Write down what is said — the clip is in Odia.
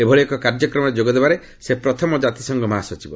ଏଭଳି ଏକ କାର୍ଯ୍ୟକ୍ରମରେ ଯୋଗ ଦେବାରେ ସେ ପ୍ରଥମ କାତିସଂଘ ମହାସଚିବ